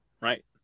Right